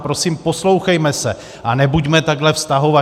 Prosím, poslouchejme se a nebuďme takhle vztahovační.